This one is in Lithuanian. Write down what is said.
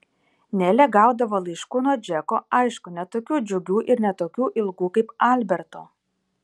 nelė gaudavo laiškų nuo džeko aišku ne tokių džiugių ir ne tokių ilgų kaip alberto